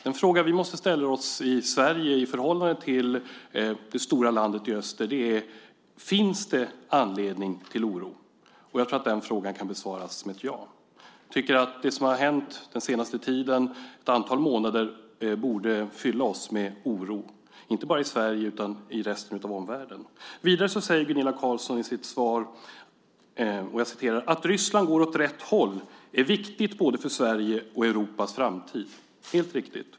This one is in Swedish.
Den fråga vi måste ställa oss i Sverige i förhållande till det stora landet i öster är: Finns det anledning till oro? Jag tror att den frågan kan besvaras med ett ja. Jag tycker att det som har hänt den senaste tiden - ett antal månader - borde fylla oss med oro, inte bara i Sverige utan också i resten av världen. Vidare säger Gunilla Carlsson i sitt svar: "Att Ryssland går åt rätt håll är viktigt både för Sveriges och Europas framtid." Det är helt riktigt.